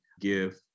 give